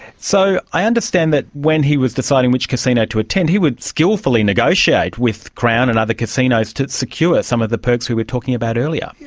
so i understand that when he was deciding which casino to attend he would skilfully negotiate with crown and other casinos to secure some of the perks we were talking about earlier.